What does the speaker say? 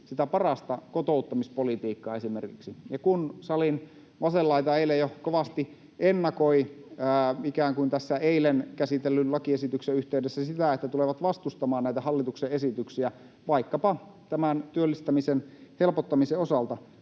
sitä parasta kotouttamispolitiikkaa esimerkiksi. Ja kun salin vasen laita eilen jo kovasti ikään kuin ennakoi eilen käsitellyn lakiesityksen yhteydessä sitä, että tulevat vastustamaan näitä hallituksen esityksiä vaikkapa tämän työllistämisen helpottamisen osalta,